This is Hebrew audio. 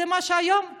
היום הם